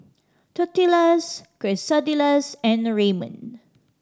Tortillas Quesadillas and Ramen